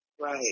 Right